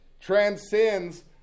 Transcends